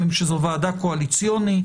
שזו ועדה קואליציונית.